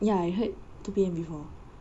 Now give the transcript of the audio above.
ya I heard two P_M before